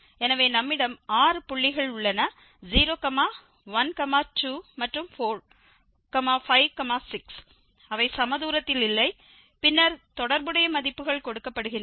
எனவே நம்மிடம் ஆறு புள்ளிகள் உள்ளன 0 1 2 மற்றும் 4 5 6 அவை சமதூரத்தில் இல்லை பின்னர் தொடர்புடைய மதிப்புகள் கொடுக்கப்படுகின்றன